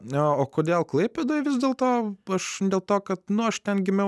na o kodėl klaipėdoje vis dėl to aš dėl to kad nu aš ten gimiau